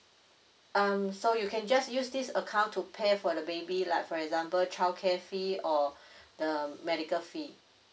um so you can just use this account to pay for the baby like for example childcare fee or the medical fee